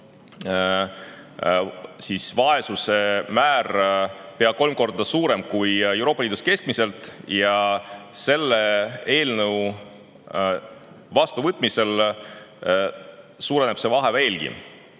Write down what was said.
on vaesuse määr pea kolm korda suurem kui Euroopa Liidus keskmiselt ja selle eelnõu vastuvõtmisel suureneb see vahe veelgi.